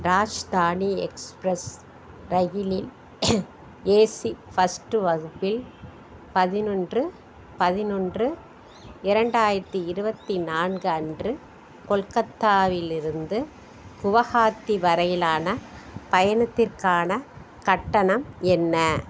Rajdhani express ரயிலில் AC first வகுப்பில் பதினொன்று பதினொன்று இரண்டாயிரத்தி இருபத்தி நான்கு அன்று கொல்கத்தாவிலிருந்து குவஹாத்தி வரையிலான பயணத்திற்கான கட்டணம் என்ன